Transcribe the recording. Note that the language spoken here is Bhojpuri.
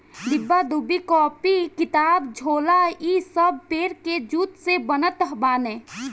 डिब्बा डुब्बी, कापी किताब, झोला इ सब पेड़ के जूट से बनत बाने